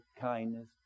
kindness